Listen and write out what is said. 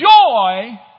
joy